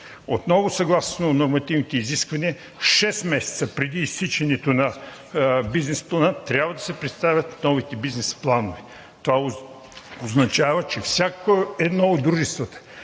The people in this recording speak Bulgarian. Отново съгласно нормативните изисквания шест месеца преди изтичането на бизнес плана трябва да се представят новите бизнес планове. Това означава, че всяко едно от дружествата